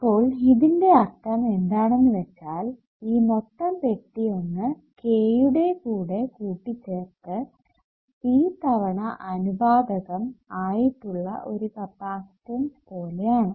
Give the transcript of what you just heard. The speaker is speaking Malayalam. അപ്പോൾ ഇതിന്റെ അർത്ഥം എന്താണെന്ന് വെച്ചാൽ ഈ മൊത്തം പെട്ടി ഒന്ന് k യുടെ കൂടെ കൂട്ടി ചേർത്ത് C തവണ അനുപാതകം ആയിട്ടുള്ള ഒരു കപ്പാസിറ്റൻസ് പോലെ ആണ്